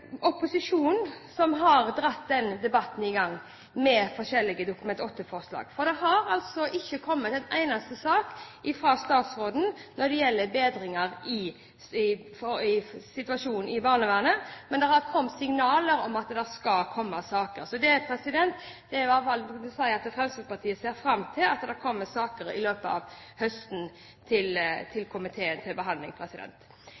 opposisjonen som har dradd denne debatten i gang, med forskjellige Dokument 8-forslag. Det har altså ikke kommet en eneste sak fra statsråden når det gjelder bedringer av situasjonen i barnevernet, men det har kommet signaler om at det skal komme saker. Jeg vil i hvert fall si at Fremskrittspartiet ser fram til at det kommer saker i løpet av høsten til